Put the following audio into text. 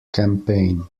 campaign